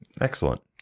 Excellent